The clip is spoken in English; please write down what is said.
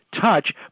touch